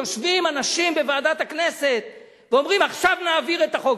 יושבים אנשים בוועדת הכנסת ואומרים: עכשיו נעביר את החוק.